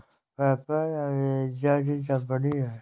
PayPal America की company है